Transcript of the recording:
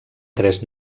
tres